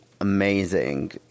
amazing